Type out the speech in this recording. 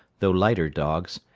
though lighter dogs,